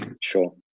Sure